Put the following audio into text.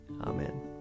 Amen